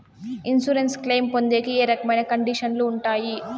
Insurance claim పొందేకి ఏ రకమైన కండిషన్లు ఉంటాయి?